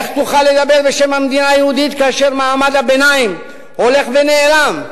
איך תוכל לדבר בשם המדינה היהודית כאשר מעמד הביניים הולך ונעלם?